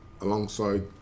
alongside